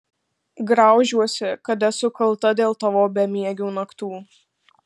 graužiuosi kad esu kalta dėl tavo bemiegių naktų